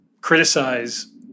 criticize